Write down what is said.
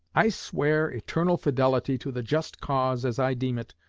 i swear eternal fidelity to the just cause, as i deem it,